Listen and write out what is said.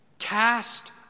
cast